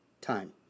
time